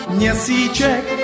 měsíček